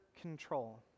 control